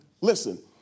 listen